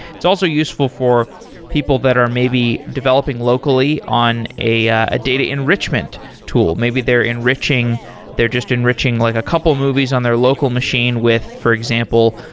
it's also useful for people that are maybe developing locally on a ah a data enrichment tool. maybe they're enriching they're just enriching like a couple of movies on their local machine with, for example,